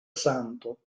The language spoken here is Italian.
santo